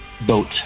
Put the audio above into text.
Boat